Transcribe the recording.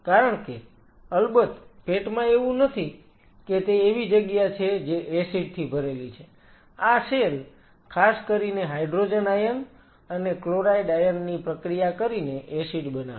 કારણ કે અલબત્ત પેટમાં એવું નથી કે તે એવી જગ્યા છે જે એસિડથી ભરેલી છે આ સેલ ખાસ કરીને હાઈડ્રોજન આયન અને ક્લોરાઈડ આયન ની પ્રક્રિયા કરીને એસિડ બનાવે છે